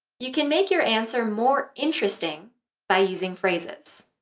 you can make your answer more interesting by using phrases.